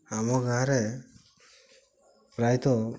ଆମ ଗାଁ ରେ ପ୍ରାୟତଃ